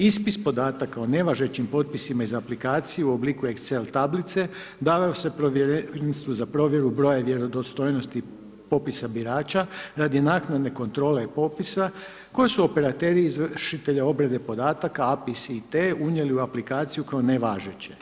Ispis podatak o nevažećim potpisima iz aplikacije u obliku Excel tablice davaju se Povjerenstvu za provjeru broja i vjerodostojnosti popisa birača radi naknade kontrole popisa koje su operateri izvršitelja obrade podataka APIS I.T. unijeli u aplikaciju kao nevažeće.